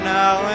now